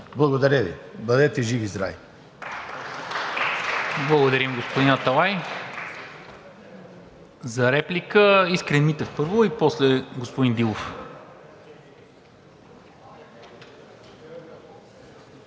Благодаря Ви. Бъдете живи и здрави!